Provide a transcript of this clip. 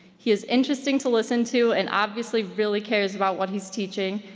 he is interesting to listen to and obviously really cares about what he's teaching,